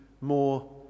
more